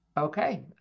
Okay